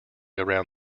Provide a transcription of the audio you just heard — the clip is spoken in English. around